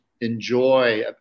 enjoy